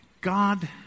God